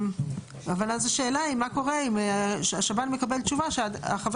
אבל השאלה מה קורה אם השב"ן מקבל תשובה שחבר